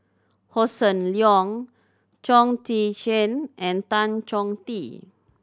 Hossan Leong Chong Tze Chien and Tan Chong Tee